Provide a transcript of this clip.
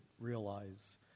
realize